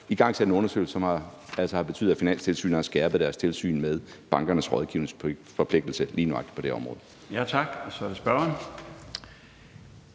igangsat en undersøgelse, som altså har betydet, at Finanstilsynet har skærpet deres tilsyn med bankernes rådgivningsforpligtelse lige nøjagtig på det område.